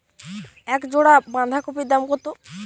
এক জোড়া বাঁধাকপির দাম কত?